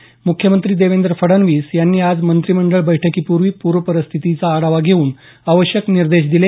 म्ख्यमंत्री देवेंद्र फडणवीस यांनी आज मंत्रिमंडळ बैठकीपूर्वी पूरस्थितीचा आढावा घेऊन आवश्यक निर्देश दिले